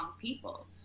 people